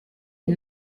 une